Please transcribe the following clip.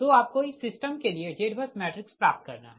तो आपको इस सिस्टम के लिए ZBUS मैट्रिक्स प्राप्त करना है